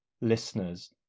listeners